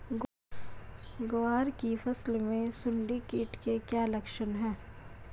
ग्वार की फसल में सुंडी कीट के क्या लक्षण है?